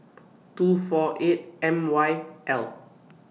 two four eight M Y L